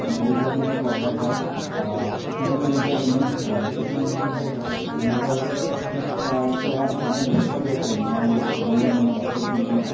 মূৰ ঘূৰণিও প্ৰব্লেম হয় কিছুমান মানুহৰ অকণমান কিছুমান মানুহে ধৰক ব্ৰেইনটো অলপ চুট পোৱা পোৱা মানে দেখা গৈছে মই মোৰ মানে বাস্তৱ জীৱনত